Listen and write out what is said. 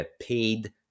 paid